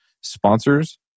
sponsors